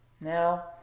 Now